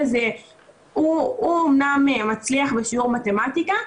הוא אמנם מצליח בשיעור מתמטיקה,